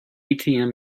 atm